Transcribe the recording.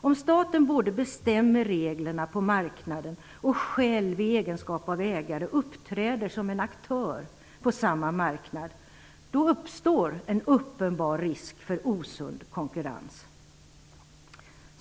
Om staten både bestämmer reglerna på marknaden och själv i egenskap av ägare uppträder som en aktör på samma marknad, uppstår en uppenbar risk för osund konkurrens.